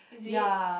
is it